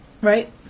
right